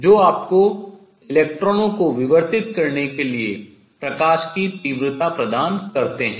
जो आपको इलेक्ट्रॉनों को विवर्तित करने के लिए प्रकाश की तीव्रता प्रदान करते हैं